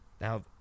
Now